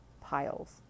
piles